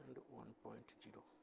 one point and you know